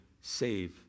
save